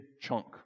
chunk